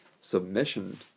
submission